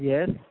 Yes